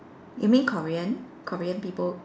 you mean Korean Korean people